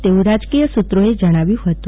તેવુ રાજકીય સુત્રોએ જણાવ્યુ હતું